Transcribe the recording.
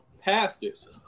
pastors